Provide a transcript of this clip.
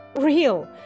Real